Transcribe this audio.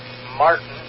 Martin